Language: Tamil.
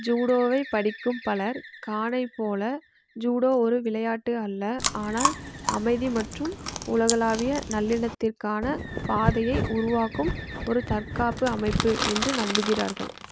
ஜூடோவைப் படிக்கும் பலர் கானை போல ஜூடோ ஒரு விளையாட்டு அல்ல ஆனால் அமைதி மற்றும் உலகளாவிய நல்லிணத்திற்கான பாதையை உருவாக்கும் ஒரு தற்காப்பு அமைப்பு என்று நம்புகிறார்கள்